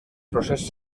procés